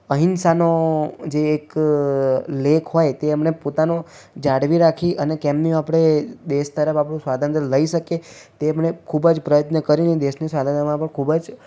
અહિંસાનો જે એક લેખ હોય તે એમણે પોતાનો જાળવી રાખી અને કેમનું આપણે દેશ તરફ આપણું સ્વાતંત્ર્ય લઈ શકીએ તેમણે ખૂબ જ પ્રયત્ન કરીને દેશની સ્વતંત્રતામાં પણ ખૂબ જ